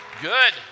Good